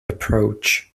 approach